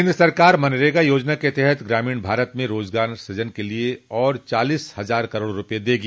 केन्द्र सरकार मनरेगा योजना के तहत ग्रामीण भारत में रोजगार सूजन के लिए और चालीस हजार करोड़ रुपये देगा